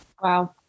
wow